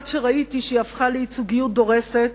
עד שראיתי שהיא הפכה לייצוגיות דורסת,